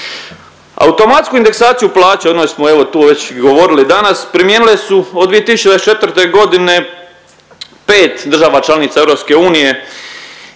Automatsku indeksaciju plaća, o njoj smo evo tu već i govorili danas primijenile su od 2024 godine 5 država članica EU.